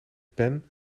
ben